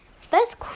first